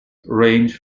range